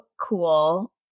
cool